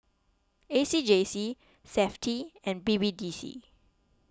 A C J C SAFTI and B B D C